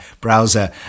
browser